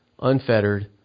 unfettered